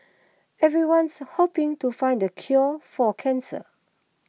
everyone's hoping to find the cure for cancer